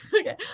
okay